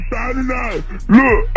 Look